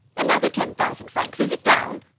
another ten thousand francs is it down?